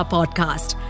Podcast